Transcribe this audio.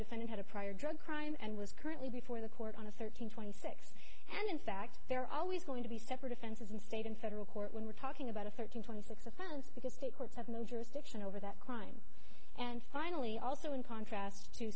defendant had a prior drug crime and was currently before the court on the thirteenth twenty six and in fact there are always going to be separate offenses in state in federal court when we're talking about a thirteen twenty six offense because state courts have no jurisdiction over that crime and finally also in contrast to